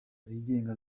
zigenga